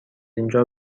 اینجا